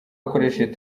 ukoresheje